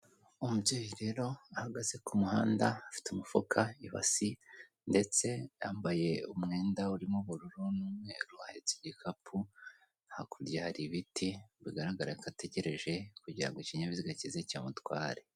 Umubyeyi rero ahagaze ku muhanda afite umufuka, ibasi, ndetse yambaye umwenda urimo ubururu n'umweru, ahetse igikapu, hakurya hari ibiti bigaragara ko ategereje kugira ngo ikinyabiziga kize kimutware.